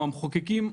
או המחוקקים,